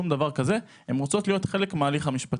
הן רוצות להיות חלק מההליך המשפטי.